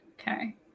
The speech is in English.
Okay